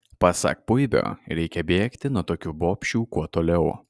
pasak puibio reikia bėgti nuo tokių bobšių kuo toliau